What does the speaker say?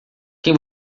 quem